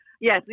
Yes